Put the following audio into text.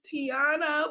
Tiana